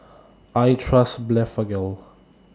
I Trust Blephagel